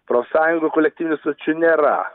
profsąjungų kolektyvinių sutarčių nėra